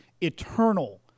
eternal